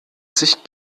sich